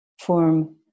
form